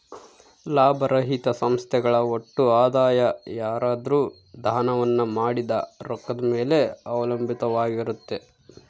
ಲಾಭರಹಿತ ಸಂಸ್ಥೆಗಳ ಒಟ್ಟು ಆದಾಯ ಯಾರಾದ್ರು ದಾನವನ್ನ ಮಾಡಿದ ರೊಕ್ಕದ ಮೇಲೆ ಅವಲಂಬಿತವಾಗುತ್ತೆ